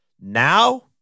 Now